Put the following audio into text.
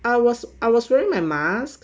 I was I was wearing my mask